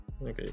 Okay